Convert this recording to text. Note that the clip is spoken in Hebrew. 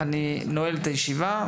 אני נועל את הישיבה.